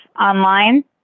online